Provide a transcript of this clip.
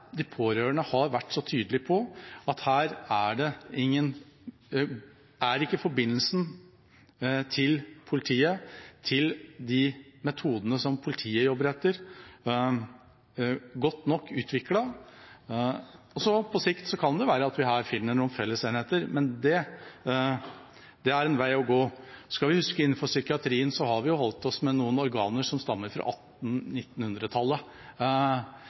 de pårørende har vært så tydelig på at her er ikke forbindelsen til politiet, til de metodene politiet jobber etter, godt nok utviklet. På sikt kan det være at vi her finner noen fellesenheter, men det er en vei å gå. Innenfor psykiatrien har vi holdt oss med noen organer som stammer fra